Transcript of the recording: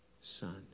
son